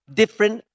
different